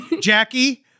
Jackie